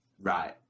Right